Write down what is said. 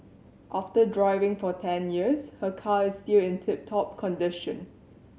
after driving for ten years her car is still in tip top condition